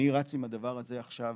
אני רץ עם הדבר הזה עכשיו